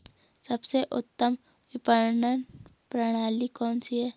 सबसे उत्तम विपणन प्रणाली कौन सी है?